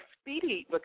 speedy